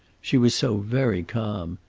she was so very calm.